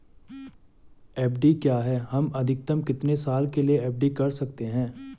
FD क्या है हम अधिकतम कितने साल के लिए एफ.डी कर सकते हैं?